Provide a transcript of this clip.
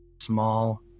Small